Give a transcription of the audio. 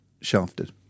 shafted